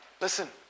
Listen